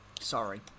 Sorry